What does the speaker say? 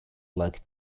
like